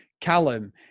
Callum